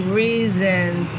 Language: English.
reasons